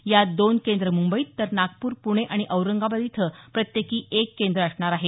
यात दोन केंद्र मुंबईत तर नागपूर पुणे आणि औरंगाबाद इथं प्रत्येकी एक केंद्र असणार आहे